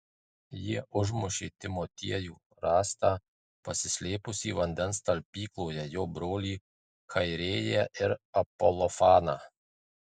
jie užmušė timotiejų rastą pasislėpusį vandens talpykloje jo brolį chairėją ir apolofaną